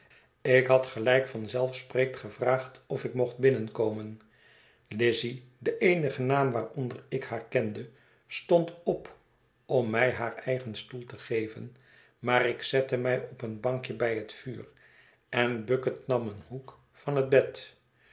ik had gelijk van zelf spreekt gevraagd of ik mocht binnenkomen lizzy de eenige naam waaronder ik haar kende stond op om mij haar eigen stoel te geven maar ik zette mij op een bankje bij het vuur en bucket nam een hoek van het bed